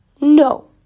no